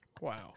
wow